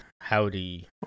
Howdy